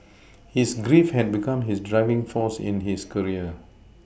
his grief had become his driving force in his career